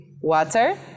water